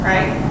Right